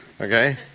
Okay